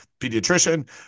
pediatrician